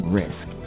risk